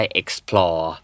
explore